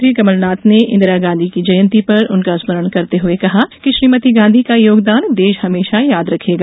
मुख्यमंत्री कमलनाथ ने इंदिरा गांधी की जयंती पर उनका स्मरण करते हुये कहा कि श्रीमती गांधी का योगदान देश हमेशा याद रखेगा